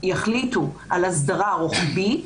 שיחליטו על הסדרה רוחבית,